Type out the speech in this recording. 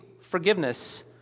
forgiveness